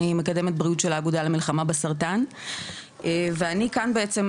אני מקדמת בריאות של האגודה למלחמה בסרטן ואני כאן בעצם,